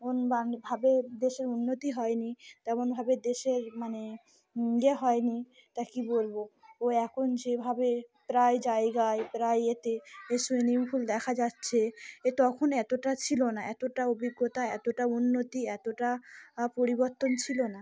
ন বা ভাবে দেশের উন্নতি হয়নি তেমনভাবে দেশের মানে ইয়ে হয়নি তা কী বলবো ও এখন যেভাবে প্রায় জায়গায় প্রায় এতে এ সুইমিং পুল দেখা যাচ্ছে এ তখন এতটা ছিল না এতটা অভিজ্ঞতা এতটা উন্নতি এতটা পরিবর্তন ছিল না